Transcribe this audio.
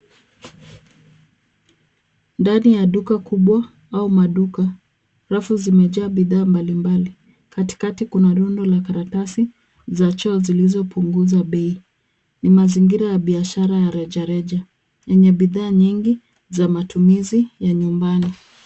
Ndani ya duka kubwa au maduka , rafu zimejaa bidhaa mbalimbali. Katikati kuna rundo la karatasi za choo zilizopunguzwa bei. Ni mazingira ya biashara ya rejareja, yenye bidhaa nyingi za matumizi ya nyumbani.